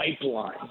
pipeline